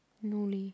no leh